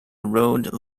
rode